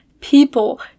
people